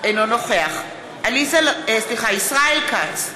אינו נוכח ישראל כץ,